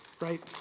Right